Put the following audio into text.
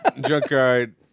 Junkyard-